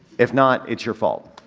if not, it's your fault.